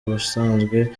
ubusanzwe